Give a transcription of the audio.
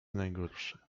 najgorsze